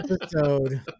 episode